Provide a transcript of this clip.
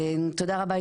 תודה רבה.